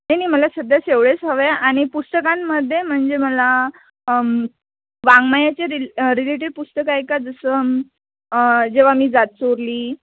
नाही नाही मला सध्याच एवढेच हवं आहे आणि पुस्तकांमध्ये म्हणजे मला वाङ्मयाचे रि रिलेटेड पुस्तकं आहे का जसं जेव्हा मी जात चोरली